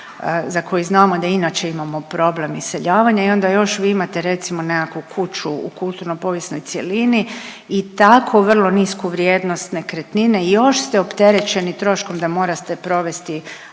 za koji znamo da inače imamo problem iseljavanja i onda još vi imate, recimo, nekakvu kuću u kulturno-povijesnoj cjelini i tako vrlo nisku vrijednost nekretnine i još ste opterećeni troškom da morate provesti